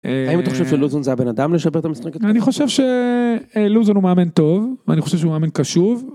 אמממ האם אתה חושב שלוזון זה הבן אדם לשפר את המשחק הזה? אני חושב שלוזון הוא מאמן טוב, ואני חושב שהוא מאמן קשוב.